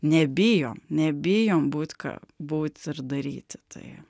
nebijom nebijom būt ka būt ir daryti tai